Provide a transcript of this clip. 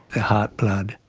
the heart blood,